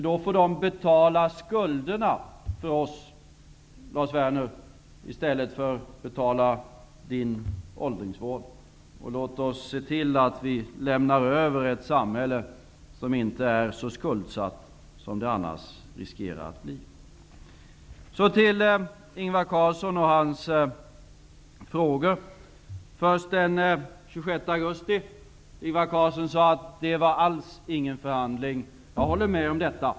De'får då betala skulderna för oss, Lars Werner, i stället för att betala Lars Werners åldringsvård. Låt oss se till att vi lämnar över ett samhälle som inte är så skuldsatt som det riskerar att bli. Så till Ingvar Carlsson och hans frågor. Först den 26 augusti. Ingvar Carlsson sade att det alls inte var någon förhandling. Jag håller med om det.